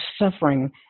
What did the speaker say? suffering